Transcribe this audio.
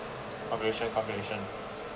calculation calculation